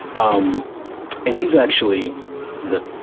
um and he's actually the,